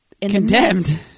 Condemned